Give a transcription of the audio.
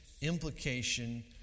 implication